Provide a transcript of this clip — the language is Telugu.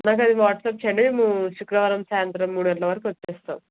నాకది వాట్సప్ చెయ్యండి మూ శుక్రవారం సాయంత్రం మూడు గంటల వరకొచ్చేస్తాం